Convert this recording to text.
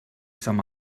som